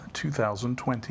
2020